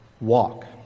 walk